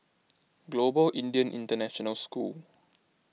Global Indian International School